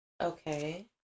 okay